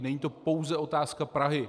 Není to pouze otázka Prahy.